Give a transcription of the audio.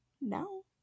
No